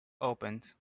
opens